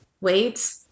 wait